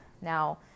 Now